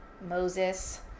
Moses